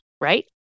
right